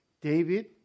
David